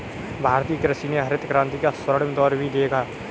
भारतीय कृषि ने हरित क्रांति का स्वर्णिम दौर भी देखा